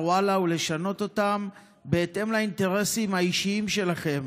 וואלה ולשנות אותם בהתאם לאינטרסים האישיים שלכם